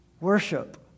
worship